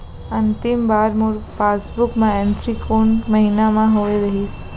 अंतिम बार मोर पासबुक मा एंट्री कोन महीना म होय रहिस?